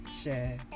share